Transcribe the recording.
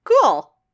Cool